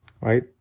right